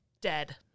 Dead